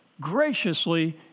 graciously